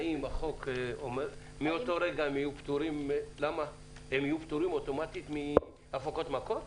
האם החוק אומר שמאותו רגע הן יהיו פטורות אוטומטית מהפקות מקור?